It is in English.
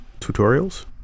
tutorials